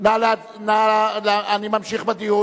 אין נמנעים.